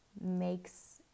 makes